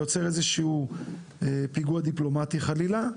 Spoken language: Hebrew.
ויוצר איזשהו פיגוע דיפלומטי חלילה,